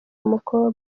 umukobwa